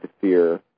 fear